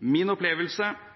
Min opplevelse